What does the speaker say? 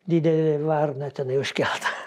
didelė varna tenai užkelta